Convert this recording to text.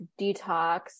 detox